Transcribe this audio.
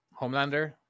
Homelander